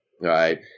right